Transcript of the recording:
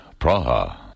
Praha